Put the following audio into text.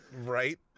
right